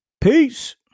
Peace